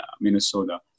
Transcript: Minnesota